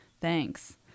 Thanks